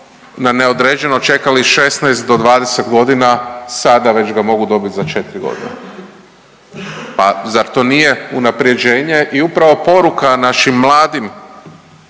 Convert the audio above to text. na neodređeno čekali 16 do 20.g., sada već ga mogu dobit za 4.g., pa zar to nije unaprjeđenje i upravo poruka našim mladim